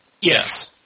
Yes